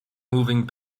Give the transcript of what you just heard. moving